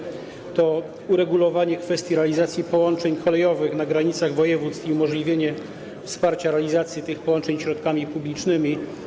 Po drugie, jest to uregulowanie kwestii realizacji połączeń kolejowych na granicach województw i umożliwienie wsparcia realizacji tych połączeń środkami publicznymi.